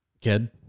kid